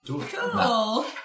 Cool